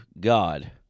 God